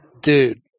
Dude